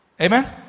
Amen